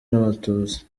n’abatutsi